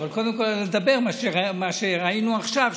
אבל קודם כול נדבר על מה שראינו עכשיו,